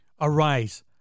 arise